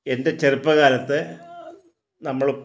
എൻ്റെ ചെറുപ്പ കാലത്ത് നമ്മൾ